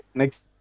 next